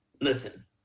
Listen